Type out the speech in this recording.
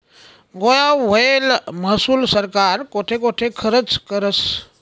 गोया व्हयेल महसूल सरकार कोठे कोठे खरचं करस?